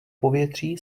povětří